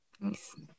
Nice